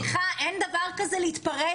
סליחה, אין דבר כזה להתפרץ.